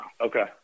Okay